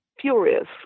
furious